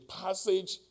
passage